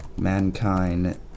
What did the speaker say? Mankind